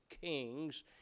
kings